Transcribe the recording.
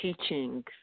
teachings